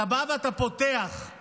אתה בא ואתה פותח את